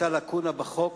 היתה לקונה בחוק,